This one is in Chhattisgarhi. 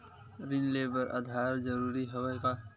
ऋण ले बर आधार जरूरी हवय का?